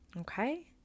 Okay